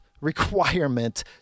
requirement